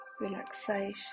relaxation